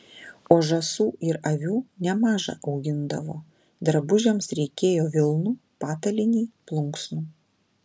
o žąsų ir avių nemaža augindavo drabužiams reikėjo vilnų patalynei plunksnų